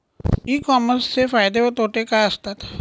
E कॉमर्सचे फायदे व तोटे काय असतात?